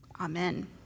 amen